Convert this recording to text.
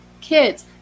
kids